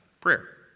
Prayer